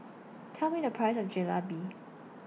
Tell Me The Price of Jalebi